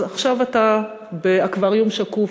אז עכשיו אתה באקווריום שקוף,